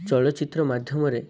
ଚଳଚିତ୍ର ମାଧ୍ୟମରେ